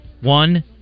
One